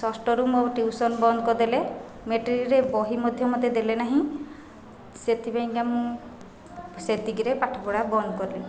ଷଷ୍ଠରୁ ମୋ ଟିଉସନ୍ ବନ୍ଦ କରିଦେଲେ ମେଟ୍ରିକରେ ବହି ମଧ୍ୟ ମୋତେ ଦେଲେନାହିଁ ସେଥିପାଇଁକା ମୁଁ ସେତିକିରେ ପାଠପଢ଼ା ବନ୍ଦ କଲି